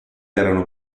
erano